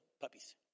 puppies